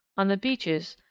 on the beaches,